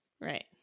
right